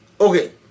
Okay